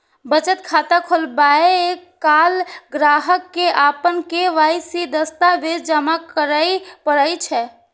बचत खाता खोलाबै काल ग्राहक कें अपन के.वाई.सी दस्तावेज जमा करय पड़ै छै